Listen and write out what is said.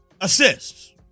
assists